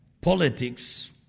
politics